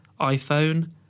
iPhone